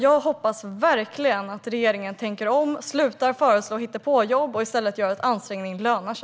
Jag hoppas verkligen att regeringen tänker om, slutar att föreslå hittepåjobb och i stället gör så att ansträngning lönar sig.